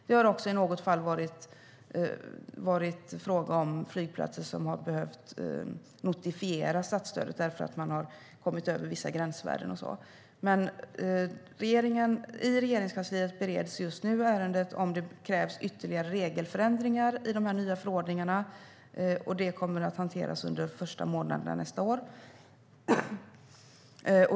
Det har också i något fall varit fråga om flygplatser som har behövt notifiera statsstödet, eftersom man har kommit över vissa gränsvärden och så. I Regeringskansliet bereds just nu ärendet om det krävs ytterligare regelförändringar i de nya förordningarna. Detta kommer att hanteras under de första månaderna nästa år.